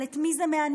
אבל את מי זה מעניין?